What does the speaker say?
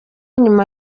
nyuma